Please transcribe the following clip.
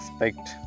expect